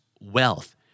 Wealth